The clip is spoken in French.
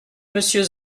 monsieur